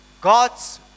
God's